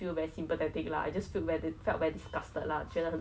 in secondary school you cannot skip lunch cause the teachers will like